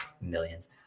millions